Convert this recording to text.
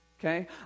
okay